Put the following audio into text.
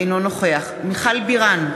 אינו נוכח מיכל בירן,